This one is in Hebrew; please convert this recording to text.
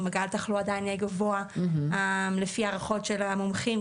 התחלואה עדיין תהיה גבוהה לפי הערכות של המומחים,